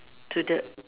to the